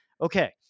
okay